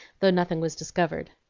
though nothing was discovered.